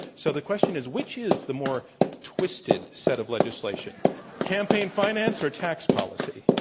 so the question is, which is the more twisted set of legislation campaign finance or tax policy?